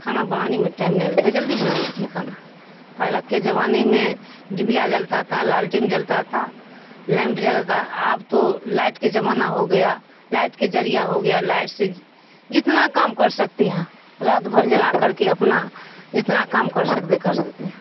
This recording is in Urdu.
کھانا بنانے میں ٹائم نہیں لتا جلدی بنا لیتی ہیں کھانا پہلے کے زمانے میں ڈبیا جلتا تھا لالٹین جلتا تھا لیمپ جلتا آب تو لائٹ کے زمانہ ہو گیا لائٹ کے ذریعہ ہو گیا لائٹ سے جتنا کام کر سکتے ہیں رات بھر جلا کر کے اپنا جتنا کام کر سکتے کر سکتے ہیں